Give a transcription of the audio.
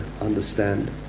understand